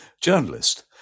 journalist